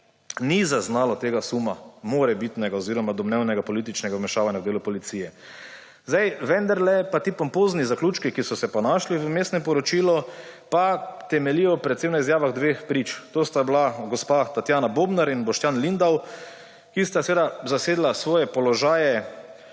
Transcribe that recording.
ni zaznalo tega morebitnega suma oziroma domnevnega političnega vmešavanja v delo policije. Vendarle pa ti pompozni zaključki, ki so se pa našli v Vmesnem poročilu, temeljijo predvsem na izjavah dveh prič, to sta bila gospa Tatjana Bobnar in Boštjan Lindav, ki sta seveda zasedla svoje položaje